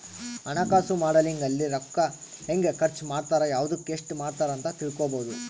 ಹಣಕಾಸು ಮಾಡೆಲಿಂಗ್ ಅಲ್ಲಿ ರೂಕ್ಕ ಹೆಂಗ ಖರ್ಚ ಮಾಡ್ತಾರ ಯವ್ದುಕ್ ಎಸ್ಟ ಮಾಡ್ತಾರ ಅಂತ ತಿಳ್ಕೊಬೊದು